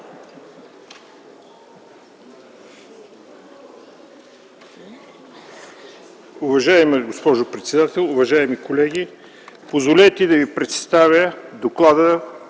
Уважаема госпожо председател, уважаеми колеги! Позволете да ви представя: